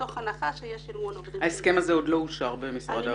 מתוך הנחה שיש אמון --- ההסכם הזה עוד לא אושר במשרד העבודה.